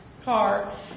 car